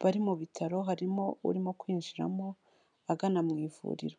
bari mu bitaro, harimo urimo kwinjiramo agana mu ivuriro.